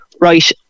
right